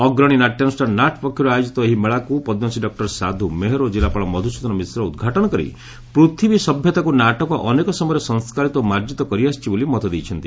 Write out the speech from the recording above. ଅଗ୍ରଣୀ ନାଟ୍ୟାନୁଷ୍ଠାନ ନାଟ୍ ପକ୍ଷରୁ ଆୟୋକିତ ଏହି ମେଳାକୁ ପଦ୍ମଶ୍ରୀ ଡକ୍ଟର ସାଧୁ ମେହେର ଓ ଜିଲ୍ଲାପାଳ ମଧୁସ୍ଦନ ମିଶ୍ର ଉଦ୍ଘାଟନ କରି ପୂଥବୀ ସଭ୍ୟତାକୁ ନାଟକ ଅନେକ ସମୟରେ ସଂସ୍କାରିତ ଓ ମାର୍କିତ କରିଆସିଛି ବୋଲି ମତ ଦେଇଛନ୍ତି